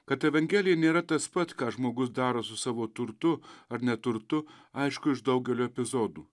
kad evangelija nėra tas pat ką žmogus daro su savo turtu ar neturtu aišku iš daugelio epizodų